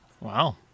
Wow